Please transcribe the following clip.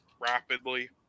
rapidly